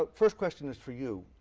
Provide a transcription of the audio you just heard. but first question is for you,